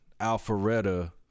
Alpharetta